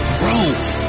growth